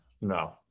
No